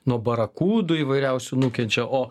nuo barakudų įvairiausių nukenčia o